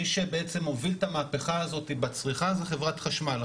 מי שבעצם הוביל את המהפכה הזאת בצריכה זה חברת חשמל.